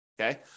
Okay